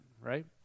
right